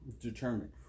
Determined